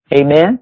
Amen